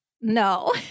No